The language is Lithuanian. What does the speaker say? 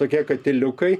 tokie katiliukai